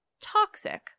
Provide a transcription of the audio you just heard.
toxic